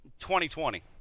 2020